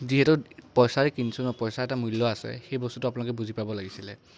যিহেতু পইচা দি কিনিছোঁ ন পইচা এটাৰ মূল্য আছে সেই বস্তুটো আপোনালোকে বুজি পাব লাগিছিলে